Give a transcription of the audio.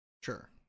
Sure